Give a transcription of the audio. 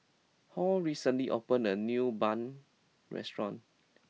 Hall recently opened a new Bun restaurant